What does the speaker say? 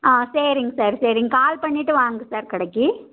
ஆ சரிங்க சார் சரிங்க கால் பண்ணிவிட்டு வாங்க சார் கடைக்கு